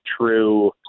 true